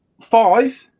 five